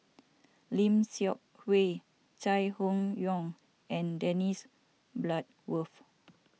Lim Seok Hui Chai Hon Yoong and Dennis Bloodworth